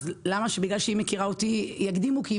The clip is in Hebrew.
למה שבגלל שהיא מכירה אותי יקדימו את התור שלה?